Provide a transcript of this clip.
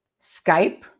Skype